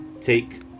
take